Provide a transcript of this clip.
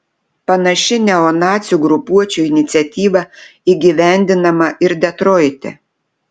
panaši neonacių grupuočių iniciatyva įgyvendinama ir detroite